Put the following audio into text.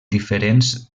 diferents